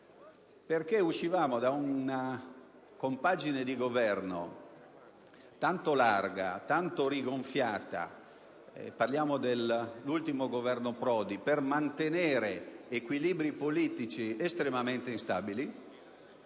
uscivamo infatti da una compagine di Governo tanto larga e tanto rigonfiata - parliamo dell'ultimo Governo Prodi - per mantenere equilibri politici estremamente instabili,